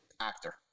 actor